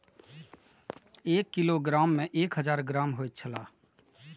एक किलोग्राम में एक हजार ग्राम होयत छला